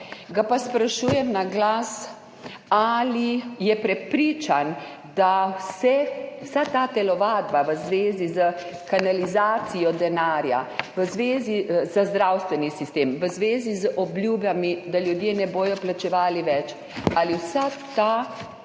Ga pa sprašujem na glas, ali je prepričan, da vsa ta telovadba v zvezi s kanalizacijo denarja za zdravstveni sistem, v zvezi z obljubami, da ljudje ne bodo plačevali več, ali vsa ta situacija